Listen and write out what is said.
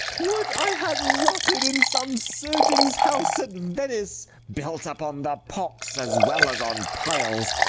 would i had rotted in some surgeon's house at venice, built upon the pox as well as on piles,